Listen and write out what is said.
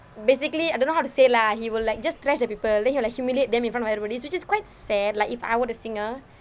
basically I don't know how to say lah he will like just trash the people then he will like humiliate them in front of everybody which is quite sad like if I were the singer